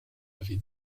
avait